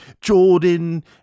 Jordan